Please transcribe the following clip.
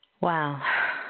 Wow